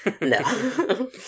No